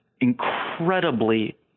incredibly